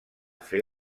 fer